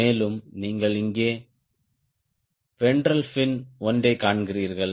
மேலும் நீங்கள் இங்கே வென்ட்ரல் ஃபின் ஒன்றைக் காண்கிறீர்கள்